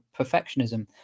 perfectionism